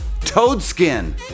Toadskin